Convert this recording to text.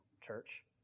church